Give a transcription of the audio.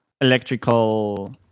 electrical